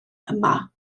yma